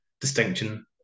distinction